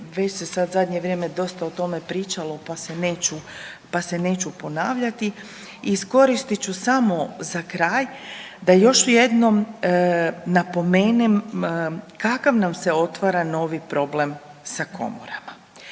Već se sad zadnje vrijeme dosta o tome pričalo, pa se neću, pa se neću ponavljati. Iskoristit ću samo za kraj da još jednom napomenem kakav nam se otvara novi problem sa komorama.